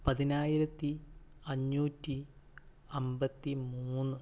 പതിനായിരത്തി അഞ്ഞൂറ്റി അൻപത്തി മൂന്ന്